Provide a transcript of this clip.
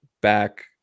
back